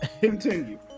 Continue